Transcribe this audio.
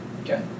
Okay